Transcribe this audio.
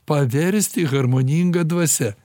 paversti harmoninga dvasia